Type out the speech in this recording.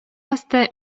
асты